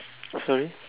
sorry